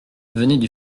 venaient